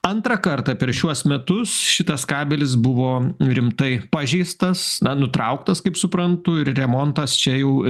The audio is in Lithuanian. antrą kartą per šiuos metus šitas kabelis buvo rimtai pažeistas na nutrauktas kaip suprantu ir remontas čia jau